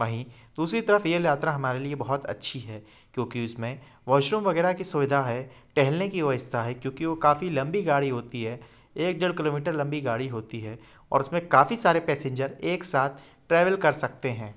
वहीं दूसरी तरफ़ येल यात्रा हमारे लिए बहुत अच्छी है क्योंकि उसमें वॉशरूम वग़ैरह की सुविधा है टेहलने की व्यवस्था है क्योंकि वो काफ़ी लम्बी गाड़ी होती है एक डेढ़ किलोमीटर लम्बी गाड़ी होती है और उसमें काफ़ी सारे पैसेंजर एक साथ ट्रैवल कर सकते हैं